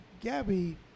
Gabby